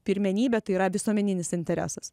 pirmenybė tai yra visuomeninis interesas